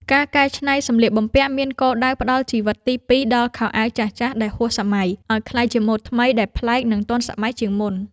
ការកែច្នៃសម្លៀកបំពាក់មានគោលដៅផ្ដល់ជីវិតទីពីរដល់ខោអាវចាស់ៗដែលហួសសម័យ ឱ្យក្លាយជាម៉ូដថ្មីដែលប្លែក និងទាន់សម័យជាងមុន។